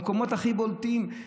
במקומות הכי בולטים.